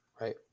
right